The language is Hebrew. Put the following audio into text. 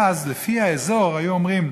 לפי האזור היו קובעים: